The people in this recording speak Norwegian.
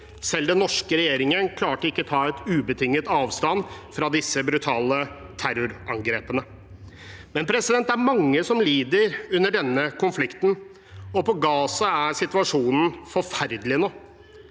Selv den norske regjeringen klarte ikke å ta en ubetinget avstand fra disse brutale terrorangrepene. Det er mange som lider under denne konflikten. På Gaza er situasjonen forferdelig nå.